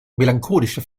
melancholische